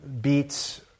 beats